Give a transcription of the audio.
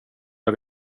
jag